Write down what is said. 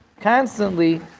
constantly